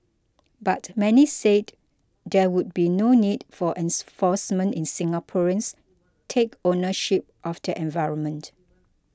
but many said there would be no need for ens force men in Singaporeans take ownership of the environment